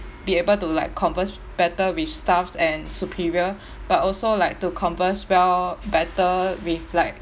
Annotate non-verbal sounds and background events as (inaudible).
be able to like converse better with staffs and superior (breath) but also like to converse well better with like